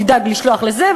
תדאג לשלוח לזה.